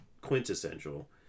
quintessential